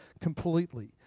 completely